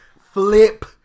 Flip